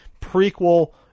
prequel